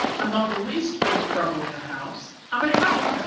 i'm not the least bit of trouble in the house. i'm a help.